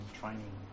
training